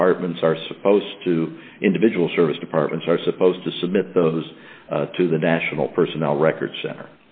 departments are supposed to individual service departments are supposed to submit those to the national personnel records center